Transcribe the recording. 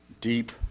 Deep